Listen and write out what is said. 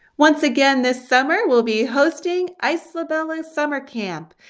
once again this summer we'll be hosting isola bella summer camp.